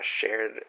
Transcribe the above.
shared